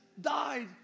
died